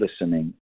listening